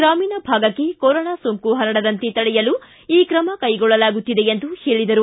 ಗ್ರಾಮೀಣ ಭಾಗಕ್ಕೆ ಕೊರೊನಾ ಸೋಂಕು ಹರಡದಂತೆ ತಡೆಯಲು ಈ ಕ್ರಮ ಕೈಗೊಳ್ಳಲಾಗುತ್ತಿದೆ ಹೇಳಿದರು